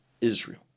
Israel